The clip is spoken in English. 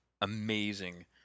amazing